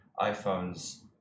iPhones